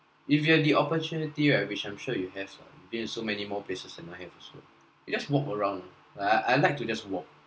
if you have the opportunity right I'm sure you have some been many more places than I have also you just walk around like I like to just walk